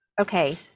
Okay